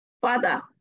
Father